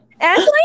Ashley